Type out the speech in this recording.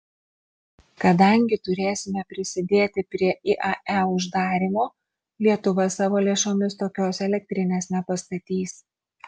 kadangi turėsime prisidėti prie iae uždarymo lietuva savo lėšomis tokios elektrinės nepastatys